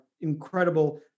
incredible